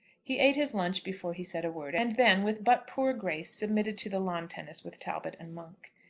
he ate his lunch before he said a word, and then, with but poor grace, submitted to the lawn-tennis with talbot and monk.